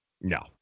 No